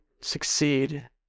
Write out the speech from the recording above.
succeed